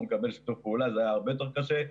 לקבל שיתוף פעולה וזה היה הרבה יותר קשה.